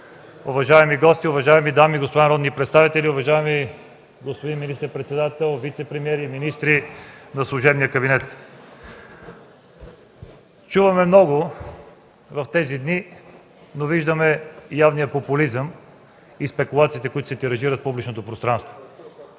уважаеми гости, уважаеми дами и господа народни представители, уважаеми господин министър-председател, вицепремиер и министри от служебния кабинет! Чуваме много в тези дни, виждаме явния популизъм и спекулациите, които се тиражират в публичното пространство.